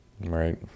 Right